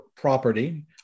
property